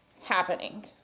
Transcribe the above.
happening